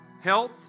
Health